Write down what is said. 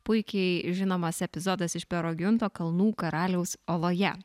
puikiai žinomas epizodas iš pero giunto kalnų karaliaus oloje